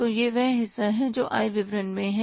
तो यह वह हिस्सा है जो आय विवरण में है